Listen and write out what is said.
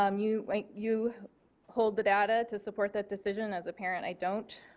um you like you hold the data to support the decision as a parent i don't.